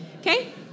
Okay